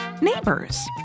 neighbors